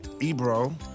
Ebro